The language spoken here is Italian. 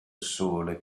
sole